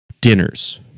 dinners